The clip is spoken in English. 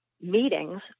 meetings